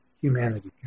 humanity